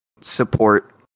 support